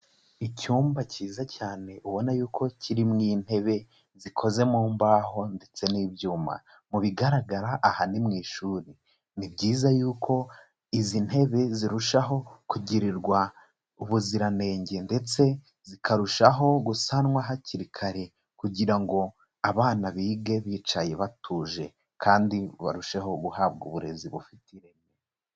Icyumba kiza cyane ubona y'uko kirimo intebe zikoze mu mbaho ndetse n'ibyuma mu bigaragara aha ni mu ishuri, ni byiza y'uko izi ntebe zirushaho kugirirwa ubuziranenge ndetse zikarushaho gusanwa hakiri kare kugira ngo abana bige bicaye batuje kandi barusheho guhabwa uburezi bufite ireme.